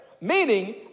Meaning